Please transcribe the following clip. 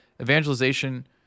evangelization